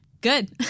Good